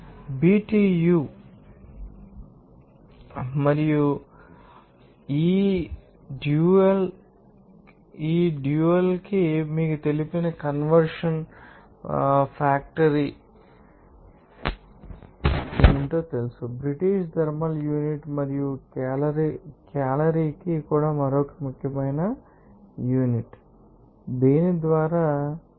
BTU మరియు ఈ dual కి మీకు తెలిసిన కన్వర్షన్ ఫ్యాక్టర్ ఏమిటో మీకు తెలుసు బ్రిటీష్ థర్మల్ యూనిట్ మరియు క్యాలరీకి కూడా మరొక ముఖ్యమైన యూనిట్ మీకు తెలుసు దీని ద్వారా మీరు తెలుసుకోగలుగుతారు